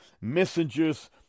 messengers